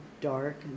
dark